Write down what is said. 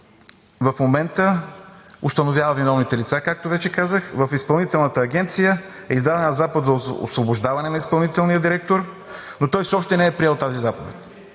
в момента установява виновните лица, както вече казах. В Изпълнителната агенция е издадена заповед за освобождаване на изпълнителния директор, но той все още не е приел тази заповед.